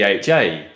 DHA